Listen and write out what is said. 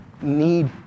need